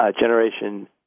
Generation